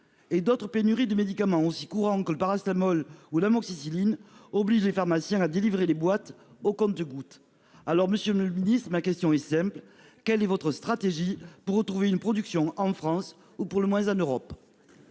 Et d'autres pénuries de médicaments aussi courants que le paracétamol ou l'amoxicilline oblige les pharmaciens à délivrer les boîtes au compte-gouttes alors Monsieur, Monsieur le ministre, ma question est simple, quelle est votre stratégie pour retrouver une production en France ou pour le moins en Europe.